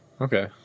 Okay